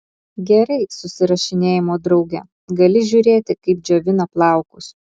gerai susirašinėjimo drauge gali žiūrėti kaip džiovina plaukus